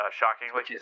shockingly